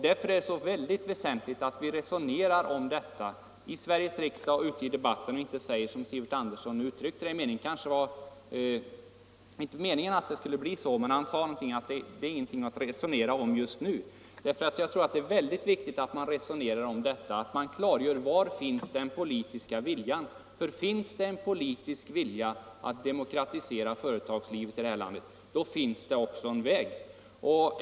Därför är det så utomordentligt väsentligt att vi resonerar om detta i Sveriges riksdag, på arbetsplatserna och i andra debattfora och inte avfärdar denna viktiga maktspridningsfråga så lättvindigt som herr Sivert Andersson gjorde. Hans ord skall kanske inte tolkas bokstavligt, men han sade något om att detta är ingenting att resonera om just nu. Jag tror det är väldigt viktigt att vi resonerar om detta och klargör var den politiska viljan finns och vilka våra målsättningar är. För finns det en politisk ”vilja” att demokratisera företagslivet i vårt land finns det också en ”väg” att gå.